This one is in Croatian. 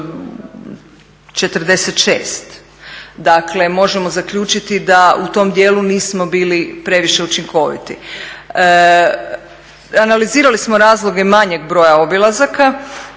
46. Dakle, možemo zaključiti da u tom dijelu nismo bili previše učinkoviti. Analizirali smo razloge manjeg broja obilazaka,